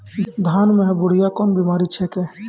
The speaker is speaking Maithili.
धान म है बुढ़िया कोन बिमारी छेकै?